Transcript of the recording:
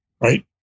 right